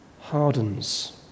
hardens